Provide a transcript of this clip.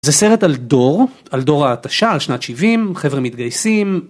זה סרט על דור, על דור ההתשה, על שנת שבעים, חבר'ה מתגייסים.